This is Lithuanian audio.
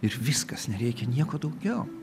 ir viskas nereikia nieko daugiau